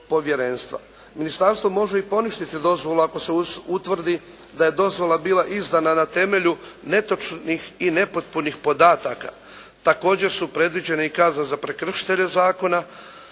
Ministarstvo može i poništiti dozvolu ako se utvrdi da je dozvola bila izdana na temelju netočnih i nepotpunih podataka. Također su predviđene i kazne za prekršitelje zakona,